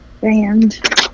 band